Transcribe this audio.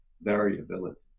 variability